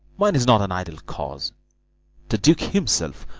mine's not an idle cause the duke himself,